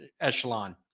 echelon